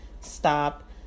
stop